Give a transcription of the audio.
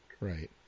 right